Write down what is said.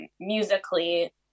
musically